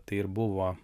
tai ir buvo